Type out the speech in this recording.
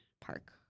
park